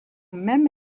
même